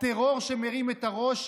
הטרור שמרים את הראש,